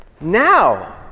now